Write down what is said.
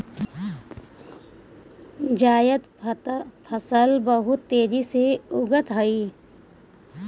जायद फसल बहुत तेजी से उगअ हई